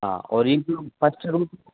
हाँ और एक रूम फस्ट रूम